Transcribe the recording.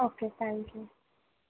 okay thank you